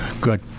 Good